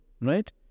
right